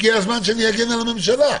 הגיע הזמן שאני אגן על הממשלה.